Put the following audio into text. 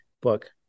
book